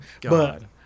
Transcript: God